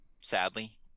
sadly